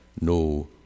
no